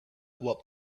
what